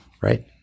right